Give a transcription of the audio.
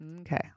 Okay